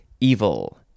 evil